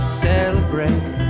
celebrate